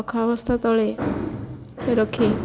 ଅଖା ବସ୍ତା ତଳେ ରଖି